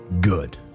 good